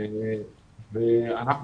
ואנחנו